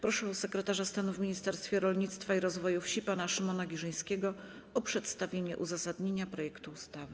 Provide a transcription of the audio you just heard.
Proszę sekretarza stanu w Ministerstwie Rolnictwa i Rozwoju Wsi pana Szymona Giżyńskiego o przedstawienie uzasadnienia projektu ustawy.